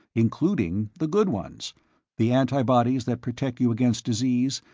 including the good ones the antibodies that protect you against disease,